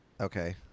Okay